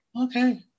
Okay